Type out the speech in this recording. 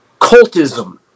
cultism